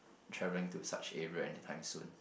travelling to such area anytime soon